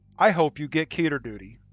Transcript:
i hope you get keter duty.